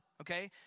Okay